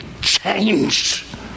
changed